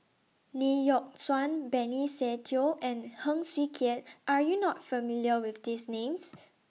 Lee Yock Suan Benny Se Teo and Heng Swee Keat Are YOU not familiar with These Names